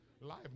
Life